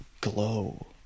glow